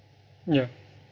ya